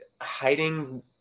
hiding